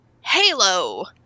Halo